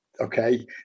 Okay